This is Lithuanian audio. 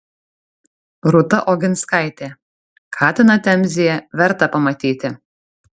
rūta oginskaitė katiną temzėje verta pamatyti